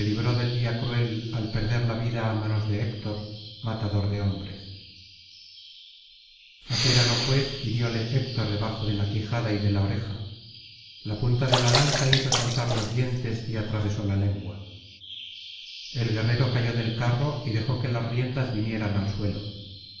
libró del día cruel al perder la vida á manos de héctor matador de hombres a cérano pues hirióle héctor debajo de la quijada y de la oreja la punta de la lanza hizo saltar los dientes y atravesó la lengua el guerrero cayó del carro y dejó que las riendas vinieran al suelo